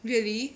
really